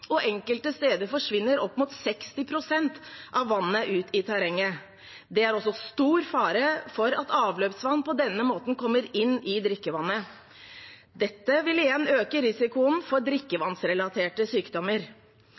og enkelte steder forsvinner opp mot 60 pst. av vannet ut i terrenget. Det er også stor fare for at avløpsvann på denne måten kommer inn i drikkevannet. Dette vil igjen øke risikoen for drikkevannsrelaterte sykdommer.